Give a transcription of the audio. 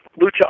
Lucha